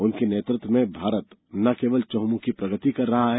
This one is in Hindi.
उनके नेतृत्व में भारत न केवल चहमुखी प्रगति कर रहा है